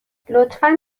لطفا